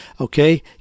Okay